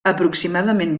aproximadament